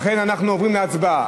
לכן אנחנו עוברים להצבעה.